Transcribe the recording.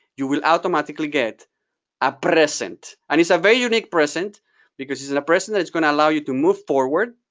you will automatically get a present, and it's a very unique present because this is and a present that's going to allow you to move forward,